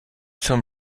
zum